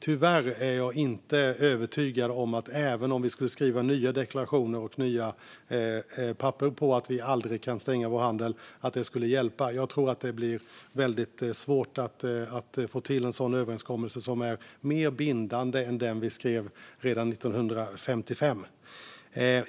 Tyvärr är jag inte övertygad om att det skulle hjälpa ens om vi skulle skriva nya deklarationer och nya papper på att vi aldrig kan stänga vår handel. Jag tror att det blir väldigt svårt att få till en överenskommelse som är mer bindande än den vi skrev redan 1955.